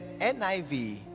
NIV